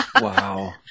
Wow